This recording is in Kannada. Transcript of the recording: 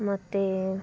ಮತ್ತೆ